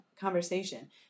conversation